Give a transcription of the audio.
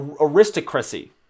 aristocracy